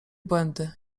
błędy